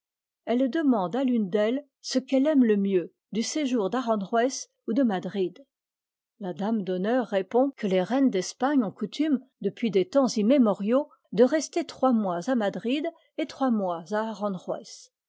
elle demande à l'une d'elles ce qu'elle aime le mieux du séjour d'aranjuez ou de madrid la dame d'honneur répond que les reines d'espagne ont coutume depuis des temps immémoriaux de rester trois mois à madrid et trois mois à